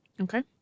Okay